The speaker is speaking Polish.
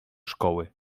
szkoły